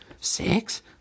Six